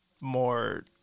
more